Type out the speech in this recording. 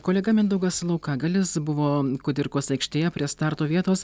kolega mindaugas laukagalis buvo kudirkos aikštėje prie starto vietos